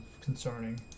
concerning